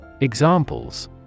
Examples